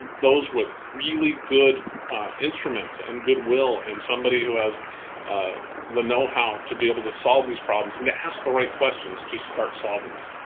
those with really good instruments, and goodwill, and somebody who was the know-how to be able to solve these problems and to ask the right questions to start solving them.